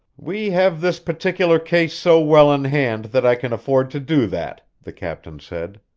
we have this particular case so well in hand that i can afford to do that, the captain said.